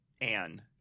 Anne